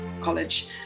college